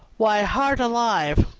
why, heart alive!